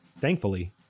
Thankfully